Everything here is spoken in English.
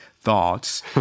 thoughts